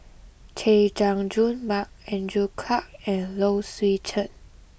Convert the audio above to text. Chay Jung Jun Mark Andrew Clarke and Low Swee Chen